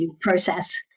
process